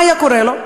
מה היה קורה לו?